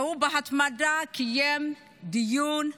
והוא, בהתמדה, קיים דיון,